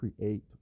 create